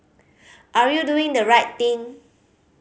are you doing the right thing